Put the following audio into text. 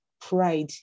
pride